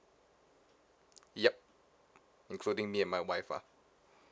yup including me and my wife ah